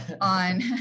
on